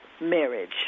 marriage